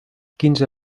quinze